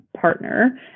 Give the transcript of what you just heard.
partner